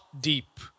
deep